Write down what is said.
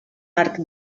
arc